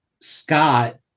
scott